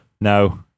No